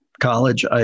college